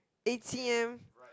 A_T_M